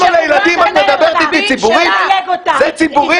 זה ציבורית?